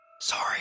Sorry